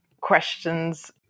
questions